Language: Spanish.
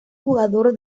jugador